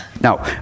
Now